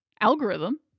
algorithm